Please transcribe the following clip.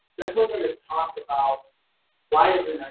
then we're gonna talk about why isn't